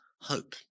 hope